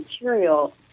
material